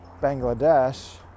Bangladesh